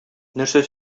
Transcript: нәрсә